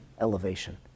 elevation